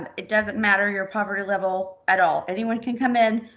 it doesn't matter your poverty level at all. anyone can come in.